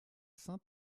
sainte